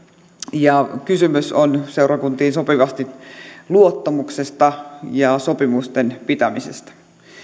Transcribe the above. ja kysymys on seurakuntiin sopivasti luottamuksesta ja sopimusten pitämisestä